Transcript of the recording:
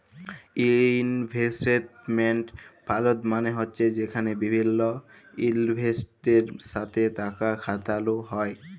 investment fund মালে হছে যেখালে বিভিল্ল ইলভেস্টরদের সাথে টাকা খাটালো হ্যয়